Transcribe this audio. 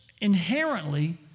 inherently